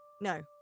No